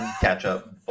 ketchup